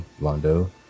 Londo